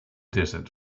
desert